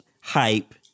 hype